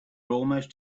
almost